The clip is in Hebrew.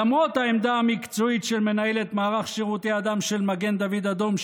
למרות העמדה המקצועית של מנהלת מערך שירותי הדם של מגן דוד אדום,